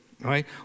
right